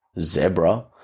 zebra